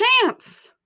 chance